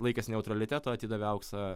laikėsi neutraliteto atidavė auksą